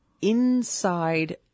inside